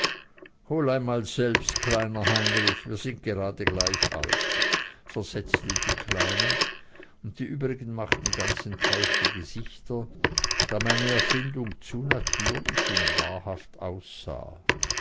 hol einmal selbst kleiner heinrich wir sind gerade gleich alt versetzte die kleine und die übrigen machten ganz enttäuschte gesichter da meine erfindung zu natürlich und wahrhaft aussah